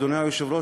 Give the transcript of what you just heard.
אדוני היושב-ראש,